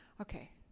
Okay